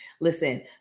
listen